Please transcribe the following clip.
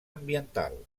ambiental